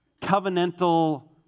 covenantal